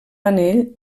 anell